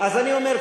אז אני אומר,